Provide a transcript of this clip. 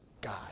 God